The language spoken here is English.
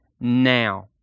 now